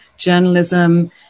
journalism